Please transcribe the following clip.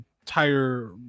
entire